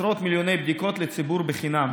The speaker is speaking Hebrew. עשרות מיליוני בדיקות לציבור בחינם.